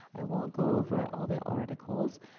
i won't go over all the articles,